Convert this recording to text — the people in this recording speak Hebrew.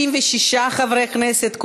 66 חברי כנסת,